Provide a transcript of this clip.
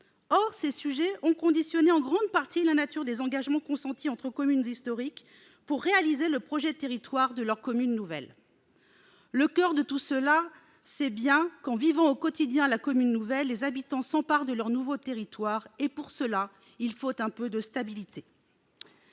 Or ces sujets ont conditionné en grande partie la nature des engagements consentis entre communes historiques pour réaliser le projet de territoire de leur commune nouvelle. Le coeur de tout cela est bien que, en vivant au quotidien la commune nouvelle, les habitants s'emparent de leur nouveau territoire et, pour cela, il faut un peu de stabilité.